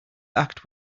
act